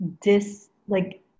dislike